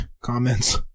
comments